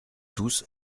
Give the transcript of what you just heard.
tous